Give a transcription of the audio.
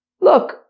Look